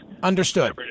Understood